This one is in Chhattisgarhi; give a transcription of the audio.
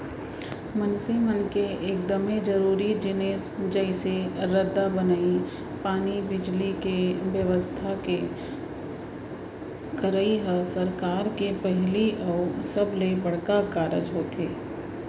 मनसे मन के एकदमे जरूरी जिनिस जइसे रद्दा बनई, पानी, बिजली, के बेवस्था के करई ह सरकार के पहिली अउ सबले बड़का कारज होथे